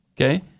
Okay